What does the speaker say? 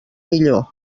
millor